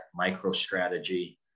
MicroStrategy